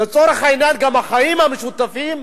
לצורך העניין גם החיים המשותפים,